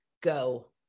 go